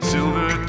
Silver